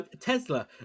Tesla